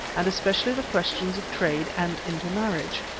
and especially the questions of trade and intermarriage.